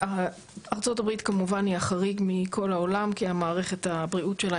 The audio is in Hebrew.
ארצות הברית כמובן היא החריג מכל העולם כי מערכת הבריאות שלה